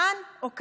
כאן או כאן.